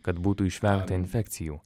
kad būtų išvengta infekcijų